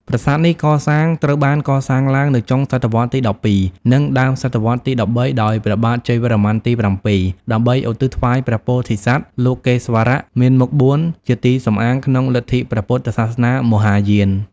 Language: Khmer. ប្រាសាទនេះកសាងត្រូវបានកសាងឡើងនៅចុងសតវត្សរ៍ទី ១២ និងដើមសតវត្សរ៍ទី ១៣ ដោយព្រះបាទជ័យវរ្ម័នទី៧ ដើម្បីឧទ្ទិសថ្វាយព្រះពោធិសត្វ លោកេស្វរៈមានមុខ៤ ជាទីសំអាងក្នុងលទ្ធិព្រះពុទ្ធសាសនាមហាយាន។